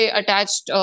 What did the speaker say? attached